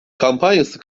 kampanyası